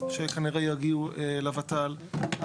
שכנראה יגיעו לות"ל,